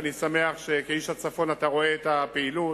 אני שמח שכאיש הצפון אתה רואה את הפעילות.